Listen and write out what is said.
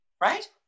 right